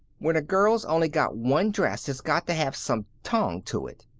when a girl's only got one dress it's got to have some tong to it.